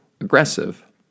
aggressive